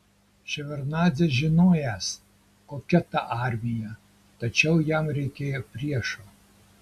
ševardnadzė žinojęs kokia ta armija tačiau jam reikėjo priešo